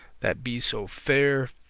that be so fair,